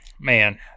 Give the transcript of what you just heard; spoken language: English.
man